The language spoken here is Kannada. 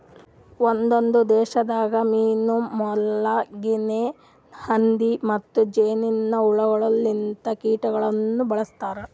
ಒಂದೊಂದು ದೇಶದಾಗ್ ಮೀನಾ, ಮೊಲ, ಗಿನೆ ಹಂದಿ ಮತ್ತ್ ಜೇನಿನ್ ಹುಳ ಲಿಂತ ಕೀಟಗೊಳನು ಬಳ್ಸತಾರ್